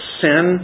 sin